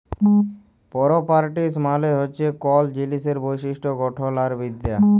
properties মালে হছে কল জিলিসের বৈশিষ্ট গঠল আর বিদ্যা